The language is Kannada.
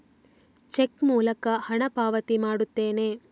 ಚೆಕ್ ಮೂಲಕ ಹಣ ಪಾವತಿ ಮಾಡುತ್ತೇನೆ